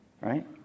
right